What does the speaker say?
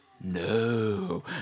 No